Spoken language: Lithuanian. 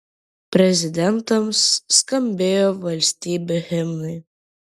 prezidentams skambėjo valstybių himnai